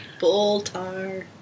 Boltar